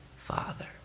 Father